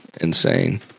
insane